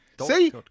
See